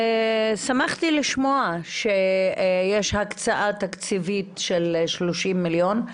שמחתי לשמוע שיש הקצאה תקציבית של 30 מיליון.